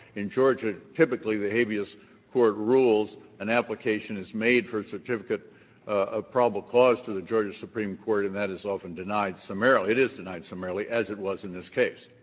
in georgia, typically the habeas court rules, an application is made for certificate of probable cause to the georgia supreme court, and that is often denied summarily. it is denied summarily as it was in this case.